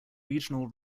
regional